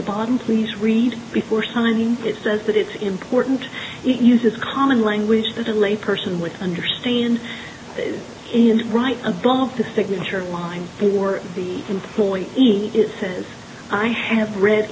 the bottom please read before signing it says that it's important to use its common language that in layperson with understand it right above the signature line or the employee eat it says i have read